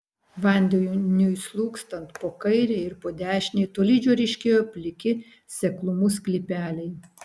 vandeniui slūgstant po kairei ir po dešinei tolydžio ryškėjo pliki seklumų sklypeliai